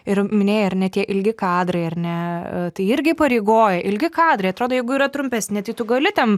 ir minėjai ar ne tie ilgi kadrai ar ne tai irgi įpareigoja ilgi kadrai atrodo jeigu yra trumpesni tai tu gali ten